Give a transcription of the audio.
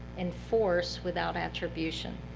enforce without attribution,